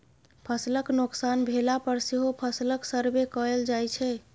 फसलक नोकसान भेला पर सेहो फसलक सर्वे कएल जाइ छै